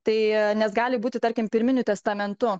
tai nes gali būti tarkim pirminiu testamentu